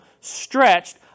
stretched